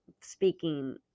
speaking